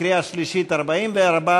נתקבל.